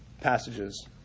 passages